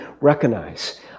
recognize